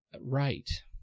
right